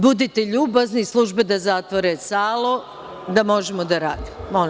Budite ljubazni, službe da zatvore salu, da možemo da radimo.